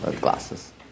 Glasses